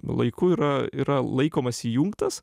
laiku yra yra laikomas įjungtas